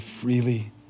freely